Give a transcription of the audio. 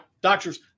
doctors